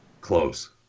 Close